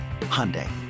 Hyundai